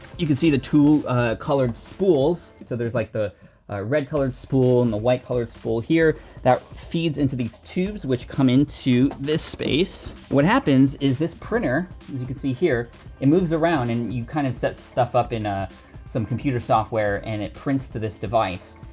you can see the two colored spools, so there's like the red colored spool, and the white colored spool here that feeds into these tubes which come into this space. what happens is this printer as you can see here it moves around and you kind of set stuff up in ah some computer software, and it prints to this device.